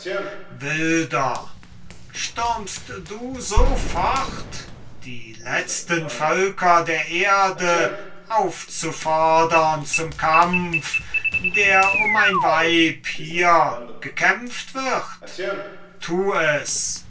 die letzten völker der erde aufzufordern zum kampf der um ein weib hier gekämpft wird tu es